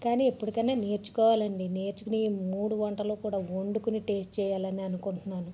కానీ ఎప్పటికైనా నేర్చుకోవాలండి నేర్చుకుని ఈ మూడు వంటలు కూడా వండుకుని టేస్ట్ చేయాలని అనుకుంటున్నాను